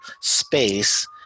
space